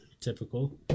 Typical